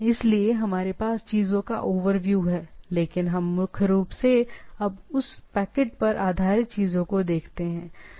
इसलिए हमारे पास चीजों का ओवरव्यू है लेकिन हम मुख्य रूप से अब उस पैकेट पर आधारित चीजों को देखते हैं और हम बाद की चीजों पर जाते हैं ठीक है